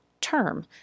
term